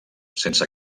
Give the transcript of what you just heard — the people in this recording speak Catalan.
sense